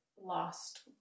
lost